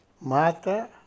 Mata